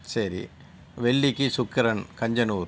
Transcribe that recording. சரி வெள்ளிக்கு சுக்கிரன் கஞ்சனூர்